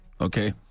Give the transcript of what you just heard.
okay